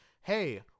hey